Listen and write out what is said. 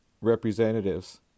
Representatives